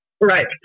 Right